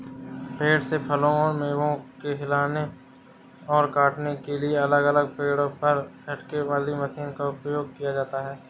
पेड़ से फलों और मेवों को हिलाने और काटने के लिए अलग अलग पेड़ पर झटकों वाली मशीनों का उपयोग किया जाता है